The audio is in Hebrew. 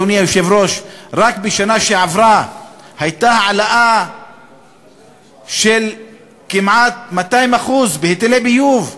אדוני היושב-ראש: רק בשנה שעברה הייתה העלאה של כמעט 200% בהיטלי ביוב.